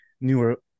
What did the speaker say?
newer